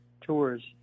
tours